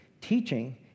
teaching